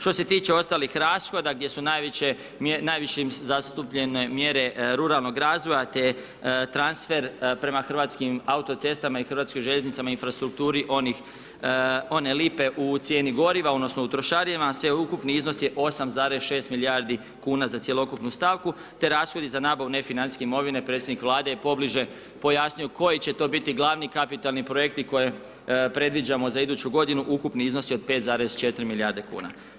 Što se tiče ostalih rashoda, gdje su najveće zastupljene mjere ruralnog razvoja, te transfer prema Hrvatskim autocestama i Hrvatskoj željeznici, infrastrukturi, one lipe u cijeni goriva, odnosno, u trošarinama, a sveukupni iznos je 8,6 milijardi kn, za cjelokupnu stavku, te rashodi za nabavu nefinancijske imovine predsjednik vlade je pobliže pojasnio, koji će to biti glavni kapitalni projekti koje predviđamo za iduću g. ukupni iznosi od 5,4 milijardi kn.